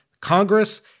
Congress